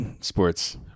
sports